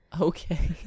Okay